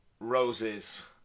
Rose's